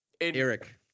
Eric